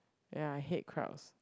ya I hate crowds